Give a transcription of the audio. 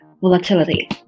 volatility